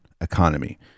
economy